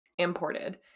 imported